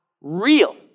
real